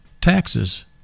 Taxes